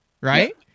right